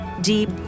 Deep